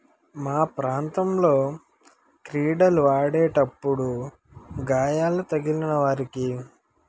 మా ప్రాంతంలో క్రీడలు ఆడేటప్పుడు గాయాలు తగిలిన వారికి